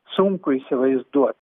sunku įsivaizduo